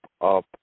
up